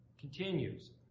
Continues